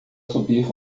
subir